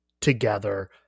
together